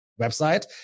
website